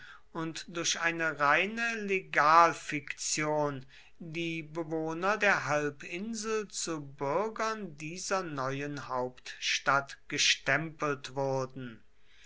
und durch eine reine legalfiktion die bewohner der halbinsel zu bürgern dieser neuen hauptstadt gestempelt wurden